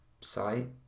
Site